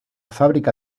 fábrica